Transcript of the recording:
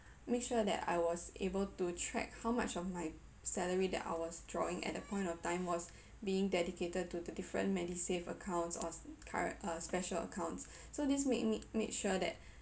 make sure that I was able to track how much of my salary that I was drawing at the point of time was being dedicated to the different medisave accounts or current uh special accounts so this made me made sure that